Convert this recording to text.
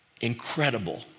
incredible